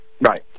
Right